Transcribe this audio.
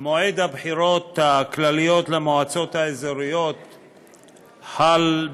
מועד הבחירות הכלליות למועצות האזוריות חל,